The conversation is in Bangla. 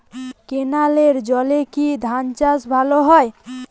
ক্যেনেলের জলে কি ধানচাষ ভালো হয়?